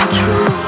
true